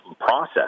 process